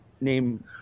name